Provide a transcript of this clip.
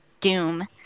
doom